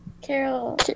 Carol